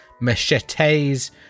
machetes